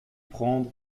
prendre